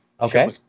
Okay